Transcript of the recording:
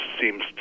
seems